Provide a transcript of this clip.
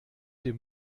dem